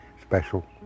special